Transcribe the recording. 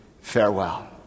Farewell